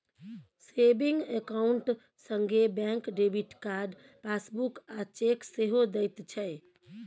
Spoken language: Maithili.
सेबिंग अकाउंट संगे बैंक डेबिट कार्ड, पासबुक आ चेक सेहो दैत छै